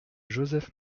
joseph